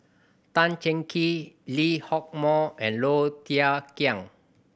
Tan Cheng Kee Lee Hock Moh and Low Thia Khiang